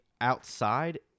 outside